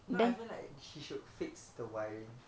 now I feel like she should fix the wiring